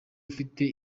ufite